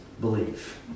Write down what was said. believe